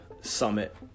summit